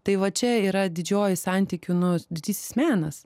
tai va čia yra didžioji santykių nu didysis menas